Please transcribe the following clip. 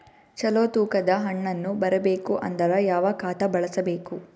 ಚಲೋ ತೂಕ ದ ಹಣ್ಣನ್ನು ಬರಬೇಕು ಅಂದರ ಯಾವ ಖಾತಾ ಬಳಸಬೇಕು?